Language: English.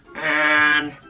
and